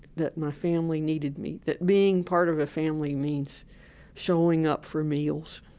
that my family needed me, that being part of a family means showing up for meals.